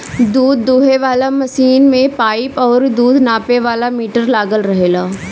दूध दूहे वाला मशीन में पाइप और दूध नापे वाला मीटर लागल रहेला